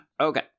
Okay